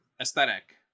aesthetic